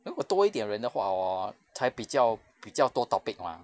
如果多一点人的话 hor 才比较比较多 topic mah